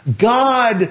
God